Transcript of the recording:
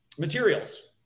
materials